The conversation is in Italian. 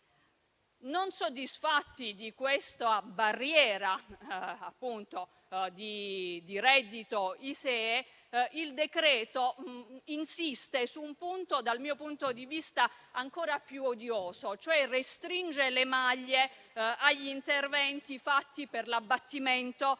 Non soddisfatti di questa barriera di reddito ISEE, il decreto insiste su un punto dal mio punto di vista ancora più odioso; restringe, cioè, le maglie agli interventi per l'abbattimento delle